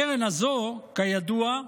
הקרן הזו, כידוע,